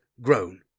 grown